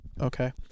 okay